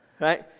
Right